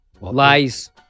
Lies